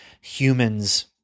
humans